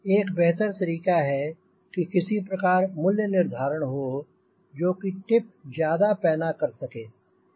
एक बेहतर तरीका है कि किसी प्रकार मूल्य निर्धारण हो जो कि टिप ज्यादा पैना कर सके